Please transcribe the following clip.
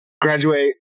graduate